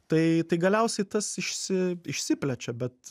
tai tai galiausiai tas išsi išsiplečia bet